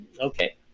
Okay